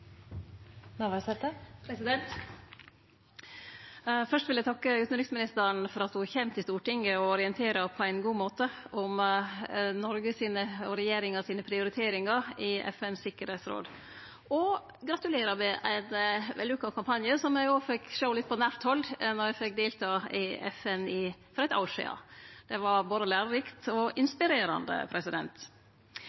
vil eg takke utanriksministeren for at ho kjem til Stortinget og orienterer oss på ein god måte om Noreg og regjeringa sine prioriteringar i FNs tryggingsråd – og gratulerer med ein vellukka kampanje, som eg òg fekk sjå litt på nært hold då eg fekk delta i FN for eitt år sidan. Det var både lærerikt og